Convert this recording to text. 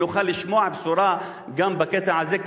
אם נוכל לשמוע בשורה גם בקטע הזה,